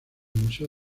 museo